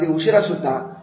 किंवा रात्री उशिरा सुद्धा